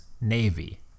Navy